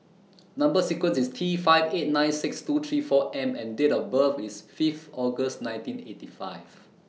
Number sequence IS T five eight nine six two three four M and Date of birth IS Fifth August nineteen eighty five